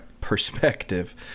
perspective